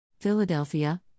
Philadelphia